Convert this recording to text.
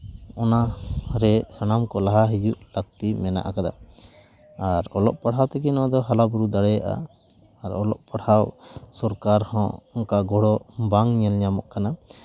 ᱚᱱᱟᱨᱮ ᱥᱟᱱᱟᱢ ᱠᱚ ᱞᱟᱦᱟ ᱦᱤᱡᱩᱜ ᱞᱟᱹᱠᱛᱤ ᱢᱮᱱᱟᱜ ᱠᱟᱫᱟ ᱟᱨ ᱚᱞᱚᱜ ᱯᱟᱲᱦᱟᱣ ᱛᱮᱜᱮ ᱱᱚᱣᱟ ᱫᱚ ᱦᱟᱨᱟᱼᱵᱩᱨᱩ ᱫᱟᱲᱮᱭᱟᱜᱼᱟ ᱟᱨ ᱚᱞᱚᱜ ᱯᱟᱲᱦᱟᱣ ᱥᱚᱨᱠᱟᱨ ᱦᱚᱸ ᱚᱱᱠᱟ ᱜᱚᱲᱚ ᱵᱟᱝ ᱧᱮᱞ ᱧᱟᱢᱚᱜ ᱠᱟᱱᱟ